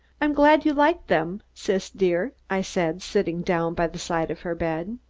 i'm glad you liked them, sis, dear, i said, sitting down by the side of her bed.